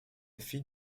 fille